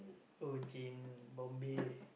oh gin Bombay